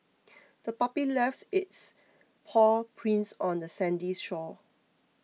the puppy left its paw prints on the sandy shore